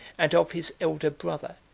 and of his elder brother,